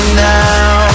now